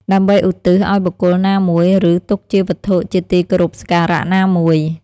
ដើម្បីឧទ្ទិសឲ្យបុគ្គលណាមួយ ឬ ទុកជាវត្ថុជាទីគោរពសក្ការៈណាមួយ។